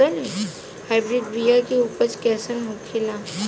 Hybrid बीया के उपज कैसन होखे ला?